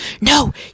No